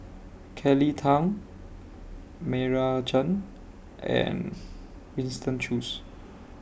Kelly Tang Meira Chand and Winston Choos